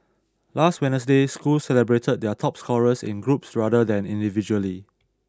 last Wednesday schools celebrated their top scorers in groups rather than individually